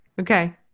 Okay